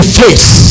face